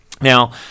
now